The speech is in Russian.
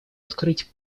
открыть